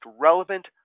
relevant